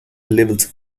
levels